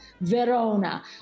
Verona